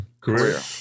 Career